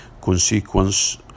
consequence